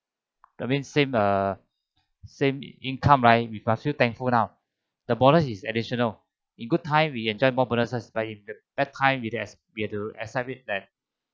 that means same uh same income right we must feel thankfully now the bonus is additional in good time we enjoy more bonuses but in bad time we have to accept it that